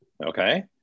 Okay